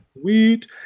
sweet